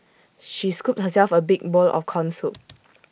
she scooped herself A big bowl of Corn Soup